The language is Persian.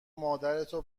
مادرتو